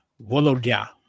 Volodya